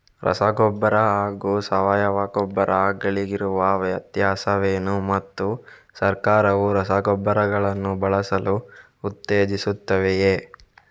ರಸಗೊಬ್ಬರ ಹಾಗೂ ಸಾವಯವ ಗೊಬ್ಬರ ಗಳಿಗಿರುವ ವ್ಯತ್ಯಾಸವೇನು ಮತ್ತು ಸರ್ಕಾರವು ರಸಗೊಬ್ಬರಗಳನ್ನು ಬಳಸಲು ಉತ್ತೇಜಿಸುತ್ತೆವೆಯೇ?